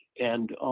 and